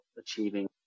achieving